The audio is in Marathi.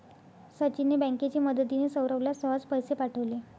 सचिनने बँकेची मदतिने, सौरभला सहज पैसे पाठवले